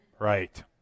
Right